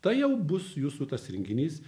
tai jau bus jūsų tas rinkinys